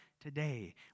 today